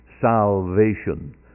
salvation